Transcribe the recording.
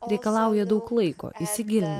reikalauja daug laiko įsigilint